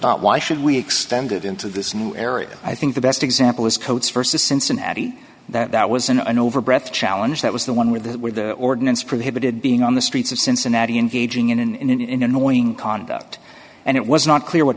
not why should we extended into this new area i think the best example is coats versus cincinnati that was an over breath challenge that was the one where the where the ordinance prohibited being on the streets of cincinnati engaging in an in in annoying conduct and it was not clear what